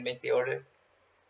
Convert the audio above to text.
make the order